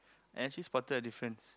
and she spotted a difference